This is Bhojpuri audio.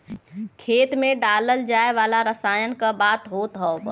खेत मे डालल जाए वाला रसायन क बात होत हौ